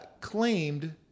claimed